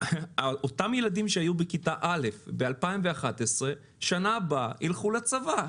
אותם ילדים שהיו בכיתה א' ב-2011 בשנה הבאה יילכו לצבא,